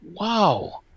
wow